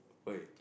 why